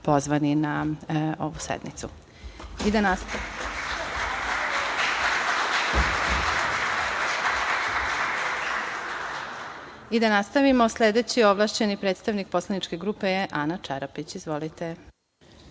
pozvani na ovu sednicu. Da nastavimo, sledeći ovlašćeni predstavnik poslaničke grupe je Ana Čarapić. Izvolite.